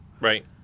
Right